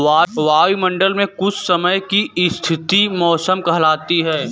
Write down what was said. वायुमंडल मे कुछ समय की स्थिति मौसम कहलाती है